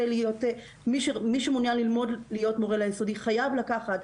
מי שמעוניין ללמוד להיות מורה ליסודי חייב לקחת,